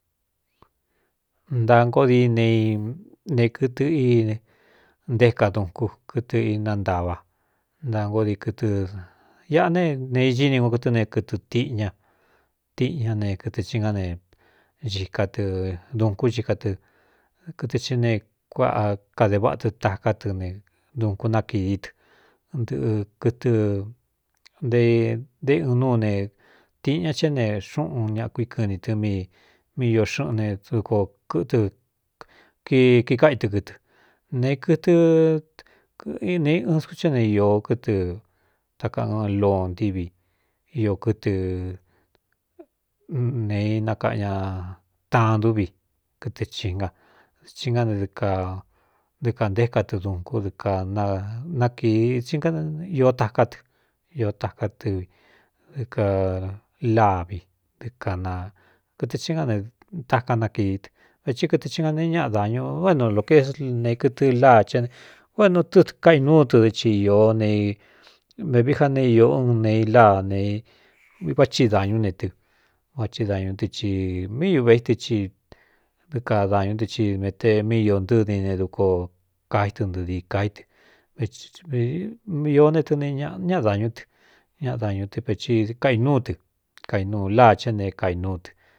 Ntaa nkoó di e ne kɨtɨ i ntéka dunku kɨtɨ inantava ntaa nkoó di kɨtɨ iaꞌa ne ne iini ko kɨtɨ ne kɨtɨ tiꞌi ña tiꞌin ñá ne kɨtɨ hi ngá ne cika tɨ dūnkú i katɨkɨtɨ hi ne kuaꞌa kade váꞌa tɨ taká tɨ ne dunku nákií tɨ nɨꞌɨ kɨtɨ nte ntéꞌɨɨn núu ne tīꞌin ña ché ne xúꞌun ñaꞌkui kɨɨni tɨ míi mí i xɨꞌun ne duko kɨtɨ kkiikáꞌi tɨ kɨtɨ nekɨɨne ɨɨn skú cɨé ne īó kɨtɨ takaꞌ ɨn loo ntívi i kɨtɨ ne inakaꞌ ña taan dúvi kɨtɨ chinga ɨ hi ná ne dɨ kantéka tɨ dunkú niɨ na ió taká tɨ i taká tɨ dɨ kalávi dɨ knakɨtɨ chi ngá ne taka nákīí tɨ vētí kɨtɨ xhinga neé ñáꞌa dañu u én loké ne kɨtɨ láa che a ne ú énu tɨ́kainúu tɨ dɨ i ī nvevi já ne īó ɨn nei láa nevá thsi dāñú ne tɨ va thi dañú tɨ i míūveítɨ ci dɨ kadañu tɨ i mete míi ntɨ́ni ne duko kaí tɨ ntɨɨ di kaí tɨ īó ne tɨ n ñaꞌa dañú tɨ ñaꞌa dañú tɨ vei kaꞌinúu tɨ kainuu láa chá ne kainúu tɨ.